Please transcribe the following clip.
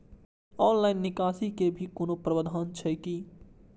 Online निकासी के भी कोनो प्रावधान छै की?